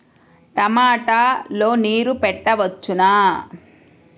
టమాట లో నీరు పెట్టవచ్చునా?